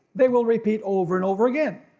they will repeat over and over again.